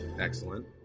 excellent